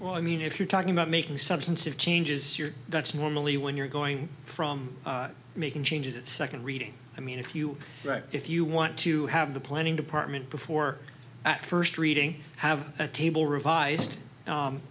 well i mean if you're talking about making substantive changes you're that's normally when you're going from making changes its second reading i mean if you write if you want to have the planning department before at first reading have a table revised u